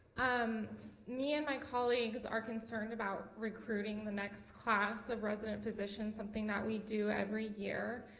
um me and my colleagues are concerned about recruiting the next class of resident physicians, something that we do every year.